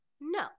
No